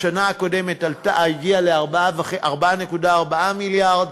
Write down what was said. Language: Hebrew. בשנה הקודמת היא הגיעה ל-4.4 מיליארד.